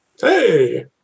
Hey